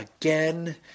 again